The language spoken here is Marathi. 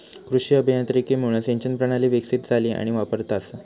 कृषी अभियांत्रिकीमुळा सिंचन प्रणाली विकसीत झाली आणि वापरात असा